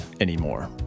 anymore